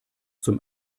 zum